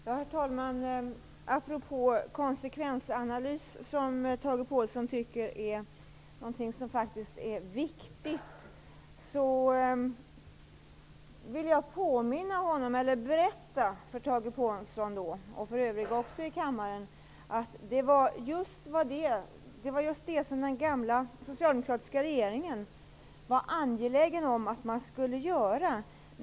Herr talman! Jag vill säga följade apropå konsekvensanalys, något som Tage Påhlsson tycker är viktigt. Jag vill berätta för Tage Påhlsson och för övriga i kammaren att det var just detta som den förra socialdemokratiska regeringen var angelägen om att göra.